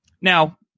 Now